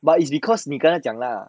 but it's because 你跟他讲 lah